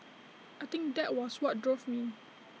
I think that was what drove me